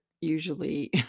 usually